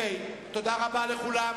תודה רבה לכם.